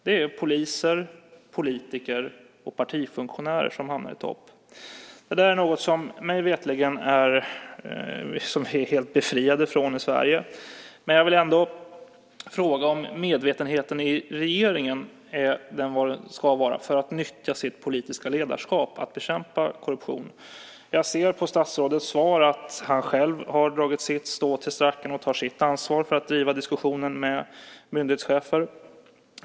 Det är poliser, politiker och partifunktionärer som hamnar i topp. Det är något som vi, mig veterligen, är helt befriade från i Sverige. Men jag vill ändå fråga om medvetenheten i regeringen är vad den ska vara för att man ska nyttja sitt politiska ledarskap för att bekämpa korruption. Jag ser av statsrådets svar att han själv har dragit sitt strå till stacken och tar sitt ansvar för att driva diskussionen med myndighetschefer.